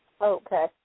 Okay